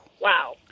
wow